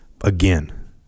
again